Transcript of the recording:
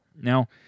Now